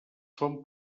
són